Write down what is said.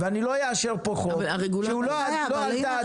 ואני לא אאשר פה חוק שהוא לא על דעת